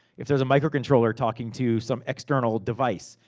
if there's a micro controller talking to some external device,